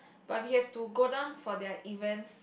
but we have to go down for their events